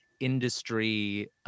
industry